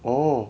orh